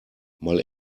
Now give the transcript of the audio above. mal